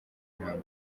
ntambara